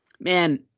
Man